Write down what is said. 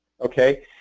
okay